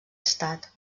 estat